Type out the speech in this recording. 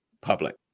public